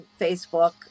Facebook